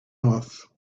off